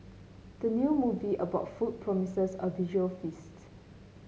the new movie about food promises a visual feast